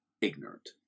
ignorant